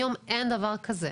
היום אין דבר כזה.